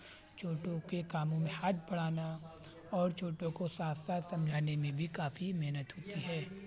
چھوٹوں کے کاموں میں ہاتھ بڑانا اور چھوٹوں کو ساتھ ساتھ سمجھانے میں بھی کافی محنت ہوتی ہے